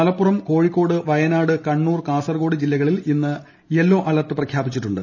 മലപ്പുറം കോഴിക്കോട് വയനാട് കണ്ണൂർ കാസർകോട് ജില്ലകളിൽ ഇന്ന് മഞ്ഞ അലർട്ട് പ്രഖ്യാപിച്ചിട്ടുണ്ട്